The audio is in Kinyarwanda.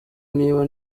niba